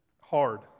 hard